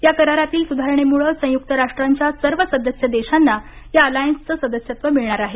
या करारातील सुधारणेमुळं संयुक्त राष्ट्रांच्या सर्व सदस्य देशांना या अलायन्सचं सदस्यत्व मिळणार आहे